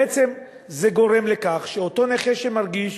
בעצם זה גורם לכך שאותו נכה שמרגיש